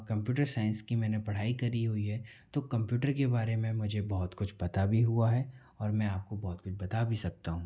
computer science की मैंने पढ़ाई करी हुई है तो कम्प्यूटर के बारे में मुझे बहुत कुछ पता भी हुआ है और मैं आपको बहुत कुछ बता भी सकता हूँ